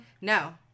no